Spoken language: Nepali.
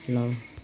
नौ